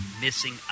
missing